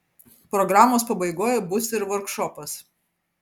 programos pabaigoj bus ir vorkšopas